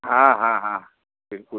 हाँ हाँ हाँ बिल्कुल